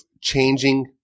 changing